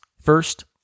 First